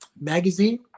magazine